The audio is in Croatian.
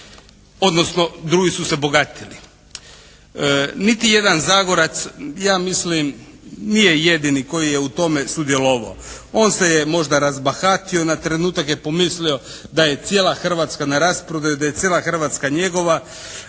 odnosno drugi su se bogatili. Niti jedan Zagorac ja mislim nije jedini koji je u tome sudjelovao. On se je možda rasbahatio, na trenutak je pomislio da je cijela Hrvatska na rasprodaju, da je cijela Hrvatska njegova